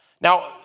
Now